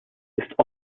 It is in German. ist